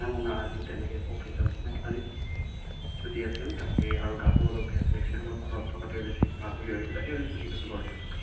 অঁ নাই আজি তেনেকে একো অফিচত মানে আজি ছুটি আছিল তাকে আৰু গাটো অলপ বেয়া আছিল সেইকাৰণে অলপ ঘৰত থকাটোৱে বেছি ভাল বুলি ভাবিলোঁ তাকে আজি ছুটি লৈছোঁ ঘৰতে আছোঁ